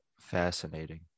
Fascinating